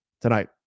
tonight